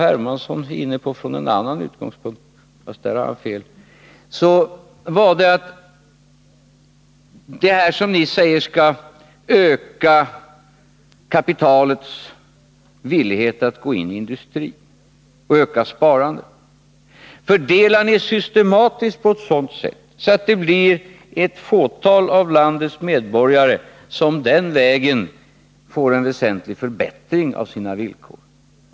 Hermansson inne på från en annan utgångspunkt, men där har han fel — är att kostnaderna för det ni säger skall öka kapitalets villighet att gå in i industrin och öka sparandet systematiskt fördelas på ett sådant sätt att ett fåtal av landets medborgare den vägen får en väsentlig förbättring av sina villkor.